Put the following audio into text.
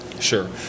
Sure